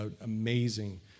amazing